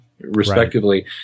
Respectively